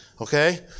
Okay